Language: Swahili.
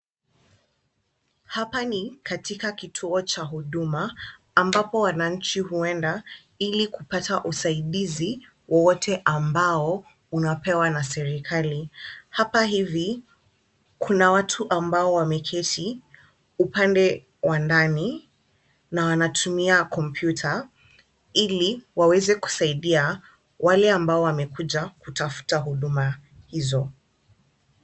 Hapa ni katika kituo cha huduma, ambapo wananchi huenda ili kupata usaidizi wowote ambao unapewa na serikali. Hapa hivi kuna watu ambao wameketi upande wa ndani na wanatumia kompyuta ili waweze kusaidia wale ambao wamekuja kutafuta huduma hizo.